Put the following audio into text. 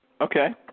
Okay